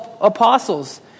apostles